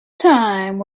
time